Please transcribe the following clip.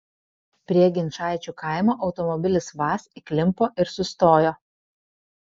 prie ginčaičių kaimo automobilis vaz įklimpo ir sustojo